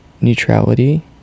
Neutrality